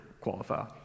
qualify